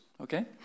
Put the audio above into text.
Okay